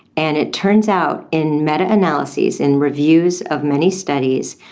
and it turns out in meta-analyses, in reviews of many studies,